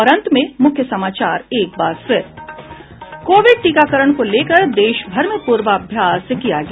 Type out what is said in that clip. और अब अंत में मुख्य समाचार एक बार फिर कोविड टीकाकरण को लेकर देश भर में पूर्वाभ्यास किया गया